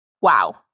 Wow